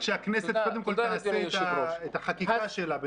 רק שהכנסת קודם כול תעשה את החקיקה שלה,